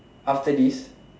after this